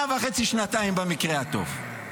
שנה וחצי-שנתיים במקרה הטוב.